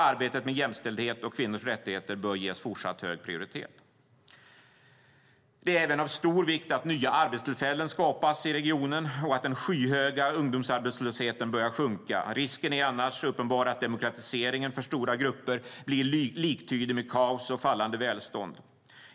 Arbetet med jämställdhet och kvinnors rättigheter bör ges fortsatt hög prioritet. Det är även av stor vikt att nya arbetstillfällen skapas och att den skyhöga ungdomsarbetslösheten börjar sjunka. Risken är annars uppenbar att demokratiseringen för stora grupper blir liktydig med kaos och fallande välstånd.